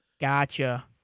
Gotcha